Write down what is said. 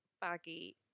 baggy